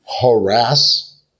harass